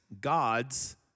God's